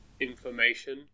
information